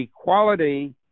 equality